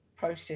process